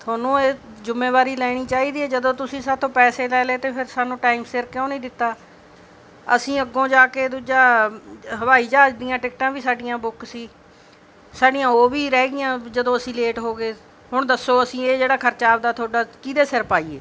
ਤੁਹਾਨੂੰ ਇਹ ਜਿੰਮੇਵਾਰੀ ਲੈਣੀ ਚਾਹੀਦੀ ਹੈ ਜਦੋਂ ਤੁਸੀਂ ਸਾਡੇ ਤੋਂ ਪੈਸੇ ਲੈ ਲਏ ਅਤੇ ਫਿਰ ਸਾਨੂੰ ਟਾਈਮ ਸਿਰ ਕਿਉਂ ਨਹੀਂ ਦਿੱਤਾ ਅਸੀਂ ਅੱਗੋਂ ਜਾ ਕੇ ਦੂਜਾ ਹਵਾਈ ਜਹਾਜ਼ ਦੀਆਂ ਟਿਕਟਾਂ ਵੀ ਸਾਡੀਆਂ ਬੁੱਕ ਸੀ ਸਾਡੀਆਂ ਉਹ ਵੀ ਰਹਿ ਗਈਆਂ ਜਦੋਂ ਅਸੀਂ ਲੇਟ ਹੋ ਗਏ ਹੁਣ ਦੱਸੋ ਅਸੀਂ ਇਹ ਜਿਹੜਾ ਖਰਚਾ ਆਪਣਾ ਤੁਹਾਡਾ ਕਿਹਦੇ ਸਿਰ ਪਾਈਏ